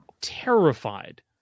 terrified